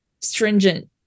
stringent